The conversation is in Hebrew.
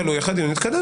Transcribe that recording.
תלוי איך הדיון יתקדם.